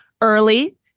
early